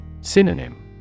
Synonym